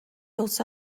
also